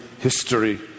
history